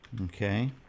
Okay